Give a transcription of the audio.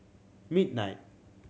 midnight